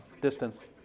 Distance